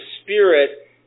Spirit